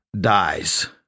dies